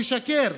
תשקר,